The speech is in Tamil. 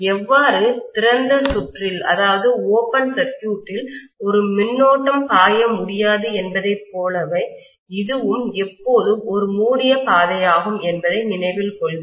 எவ்வாறு திறந்த சுற்றில்ஓபன் சர்க்யூட்டில் ஒரு மின்னோட்டம் பாய முடியாது என்பதைப் போலவே இதுவும் எப்போதும் ஒரு மூடிய பாதையாகும் என்பதை நினைவில் கொள்க